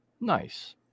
Nice